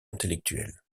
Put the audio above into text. intellectuelles